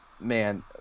man